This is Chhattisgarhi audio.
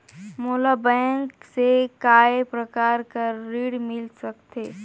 मोला बैंक से काय प्रकार कर ऋण मिल सकथे?